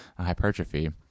hypertrophy